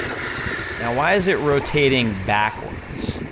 now why is it rotating backwards,